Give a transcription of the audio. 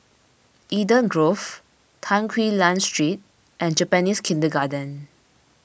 Eden Grove Tan Quee Lan Street and Japanese Kindergarten